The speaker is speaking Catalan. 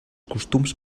costums